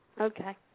Okay